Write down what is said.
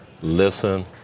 listen